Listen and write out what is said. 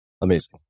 Amazing